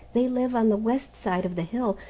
they live on the west side of the hill.